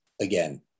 again